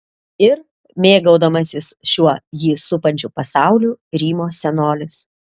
ir mėgaudamasis šiuo jį supančiu pasauliu rymo senolis